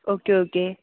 okay okay